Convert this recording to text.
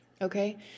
okay